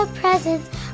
presents